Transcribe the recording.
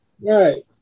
Right